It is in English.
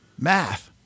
math